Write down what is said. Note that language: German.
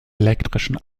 elektrischen